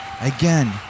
Again